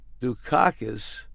Dukakis